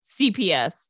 cps